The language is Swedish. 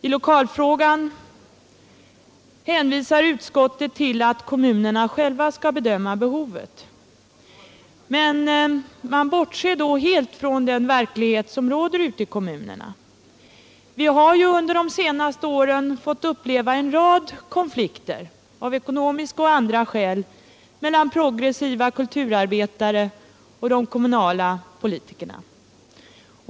I lokalfrågan hänvisade utskottet till att kommunerna själva skall bedöma det behovet. Men man bortser då helt från den verklighet som råder ute i kommunerna. Vi har under de senaste åren fått uppleva en rad konflikter — av ekonomiska och andra skäl — mellan progressiva kulturarbetare och de kommunala politikerna.